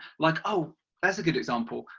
like, ah that's a good example.